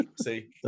See